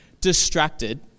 distracted